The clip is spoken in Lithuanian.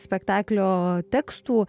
spektaklio tekstų